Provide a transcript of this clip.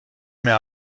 mehr